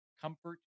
comfort